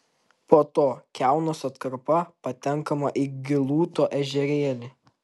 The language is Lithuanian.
po to kiaunos atkarpa patenkama į gilūto ežerėlį